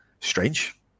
strange